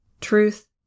truth